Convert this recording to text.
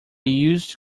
used